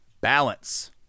Balance